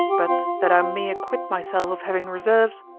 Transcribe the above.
but that i may acquit myself of having reserves